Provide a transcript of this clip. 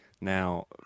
Now